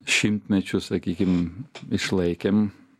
šimtmečius sakykim išlaikėm